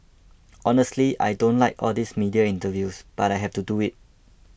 honestly I don't like all these media interviews but I have to do it